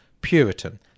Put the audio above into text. Puritan